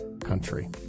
country